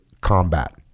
combat